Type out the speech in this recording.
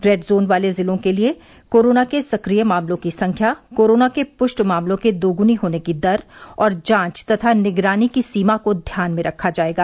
red zone वाले जिलों के लिए कोरोना के सक्रिय मामलों की संख्या कोरोना को पुष्ट मामलों के दोगुनी होने की दर और जांच तथा निगरानी की सीमा को ध्यान में रखा जाएगा